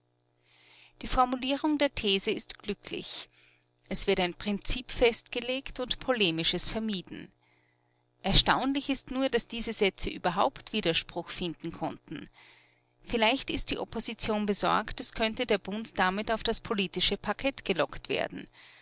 die formulierung der these ist glücklich es wird ein prinzip festgelegt und polemisches vermieden erstaunlich ist nur daß diese sätze überhaupt widerspruch finden konnten vielleicht ist die opposition besorgt es könnte der bund damit auf das politische parkett gelockt werden